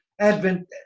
advent